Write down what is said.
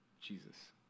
Jesus